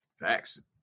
Facts